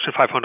500